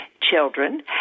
children